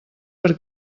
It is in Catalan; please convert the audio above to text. per